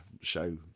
show